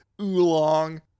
Oolong